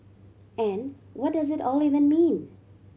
and what does it all even mean